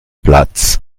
platz